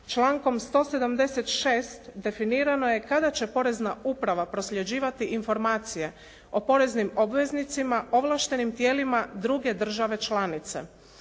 Člankom 176. definirano je kada će porezna uprava prosljeđivati informacije o poreznim obveznicima ovlaštenim tijelima druge države članice.